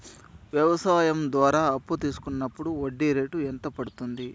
వ్యవసాయం ద్వారా అప్పు తీసుకున్నప్పుడు వడ్డీ రేటు ఎంత పడ్తుంది